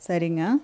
சரிங்க